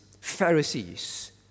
Pharisees